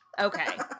Okay